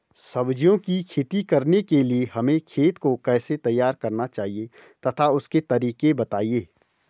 सब्जियों की खेती करने के लिए हमें खेत को कैसे तैयार करना चाहिए तथा उसके तरीके बताएं?